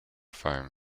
foam